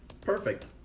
Perfect